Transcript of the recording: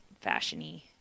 fashion-y